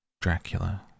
Dracula